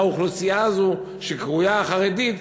שהאוכלוסייה הזו שקרויה החרדית,